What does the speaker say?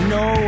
no